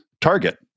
target